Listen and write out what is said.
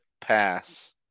pass